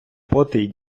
потий